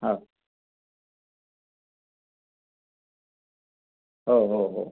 हो हो हो हो